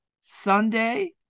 Sunday